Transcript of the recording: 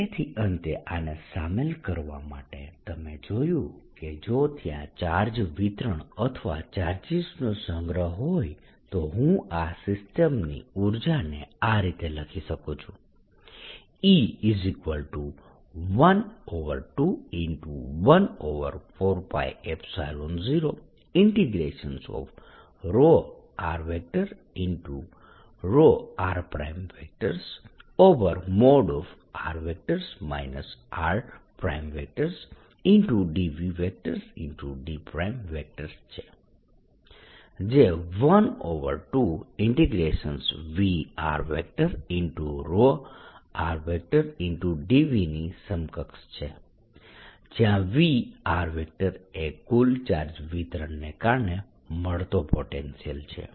તેથી અંતે આને શામેલ કરવા માટે તમે જોયું કે જો ત્યાં ચાર્જ વિતરણ અથવા ચાર્જિસનો સંગ્રહ હોય તો હું આ સિસ્ટમની ઉર્જાને આ રીતે લખી શકું છું E1214π0 r ρ r|r r|dV dVછે જે 12VrrdV ની સમકક્ષ છે જયાં Vr એ કુલ ચાર્જ વિતરણને કારણે મળતો પોટેન્શિયલ છે